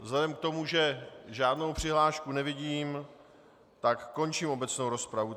Vzhledem k tomu, že žádnou přihlášku nevidím, tak končím obecnou rozpravu.